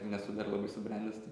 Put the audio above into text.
nesu dar labai subrendęs tai